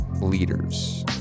leaders